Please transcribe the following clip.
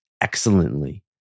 excellently